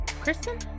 Kristen